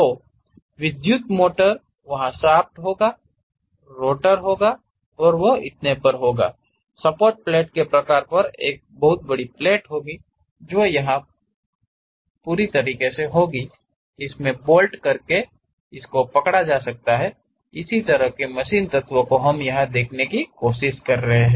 तो विद्युत मोटर्स वहाँ शाफ्ट होगा और रोटर और इतने पर होगा सपोर्ट प्लेट के प्रकार की एक प्लेट होगी जो यहा पर पूरी तरीके से होंगी और इसमें बोल्ट करके इसको कस कर पकड़ रखते हैं इस तरह के मशीन तत्व को हम यहां देखने की कोशिश कर रहे हैं